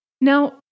Now